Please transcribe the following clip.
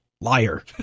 Liar